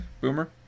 Boomer